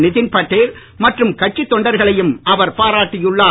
நிதின்பட்டேல் மற்றும் கட்சித் தொண்டர்கள் அவர் பாராட்டியுள்ளார்